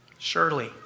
Surely